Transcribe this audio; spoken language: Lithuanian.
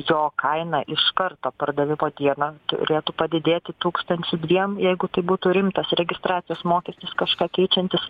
jo kaina iš karto pardavimo dieną turėtų padidėti tūkstančiu dviem jeigu tai būtų rimtas registracijos mokestis kažką keičiantis